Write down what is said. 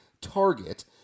target